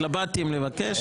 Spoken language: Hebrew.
התלבטתי אם לבקש.